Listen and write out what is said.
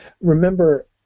Remember